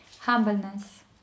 humbleness